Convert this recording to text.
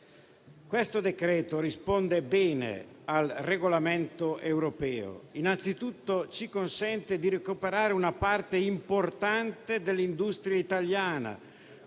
Questo decreto risponde bene al Regolamento europeo. Innanzitutto ci consente di recuperare una parte importante dell'industria italiana